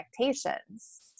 expectations